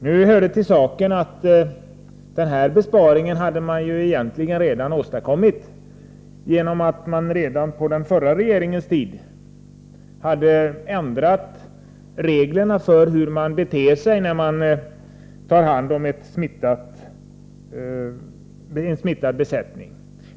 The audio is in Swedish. Nu hör det till saken att man egentligen redan hade åstadkommit denna besparing genom att den förra regeringen ändrat reglerna för hur man beter sig, när man tar hand om en smittad besättning.